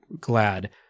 glad